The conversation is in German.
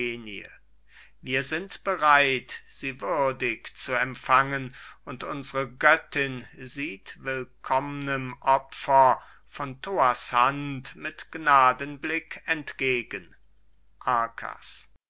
wir sind bereit sie würdig zu empfangen und unsre göttin sieht willkommnem opfer von thoas hand mit gnadenblick entgegen